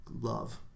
Love